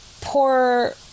poor